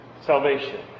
salvation